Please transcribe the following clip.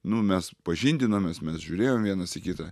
nu mes pažindinomės mes žiūrėjom vienas į kitą